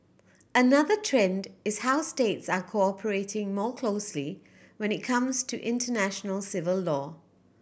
another trend is how states are cooperating more closely when it comes to international civil law